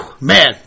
man